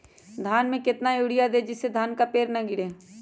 धान में कितना यूरिया दे जिससे धान का पेड़ ना गिरे?